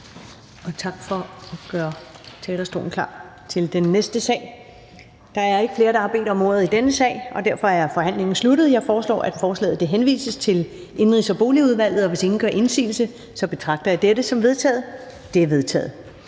og tak for at gøre talerstolen klar til den næste sag. Der er ikke flere, der har bedt om ordet i denne sag, og derfor er forhandlingen sluttet. Jeg foreslår, at forslaget henvises til Indenrigs- og Boligudvalget. Hvis ingen gør indsigelse, betragter jeg dette som vedtaget. Det er vedtaget.